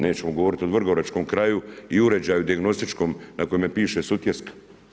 Nećemo govoriti o Vrgoračkom kraju i uređaju dijagnostičkom na kojemu piše Sutjeska.